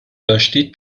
داشتید